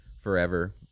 forever